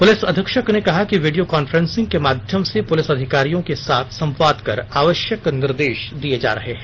police अधीक्षक ने कहा कि वीडियो कॉन्फ्रेंसिंग के माध्यम से पुलिस अधिकारियों के साथ संवाद कर आवश्यक निर्देश दिए जा रहे हैं